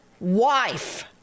Wife